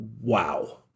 wow